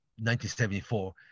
1974